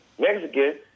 Mexican